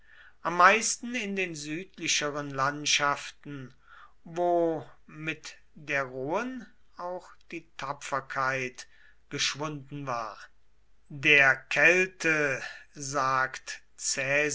am meisten in den südlicheren landschaften wo mit der rohen auch die tapferkeit geschwunden war der kelte sagt